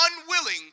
unwilling